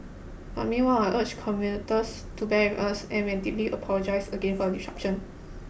but meanwhile I urge commuters to bear with us and we are deeply apologise again for the disruption